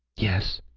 yes?